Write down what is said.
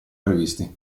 previsti